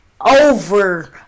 over